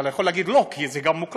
אתה לא יכול להגיד "לא", כי זה גם מוקלט.